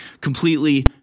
Completely